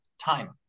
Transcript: Time